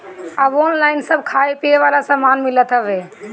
अब ऑनलाइन सब खाए पिए वाला सामान मिलत हवे